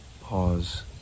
Pause